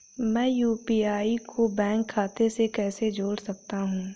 मैं यू.पी.आई को बैंक खाते से कैसे जोड़ सकता हूँ?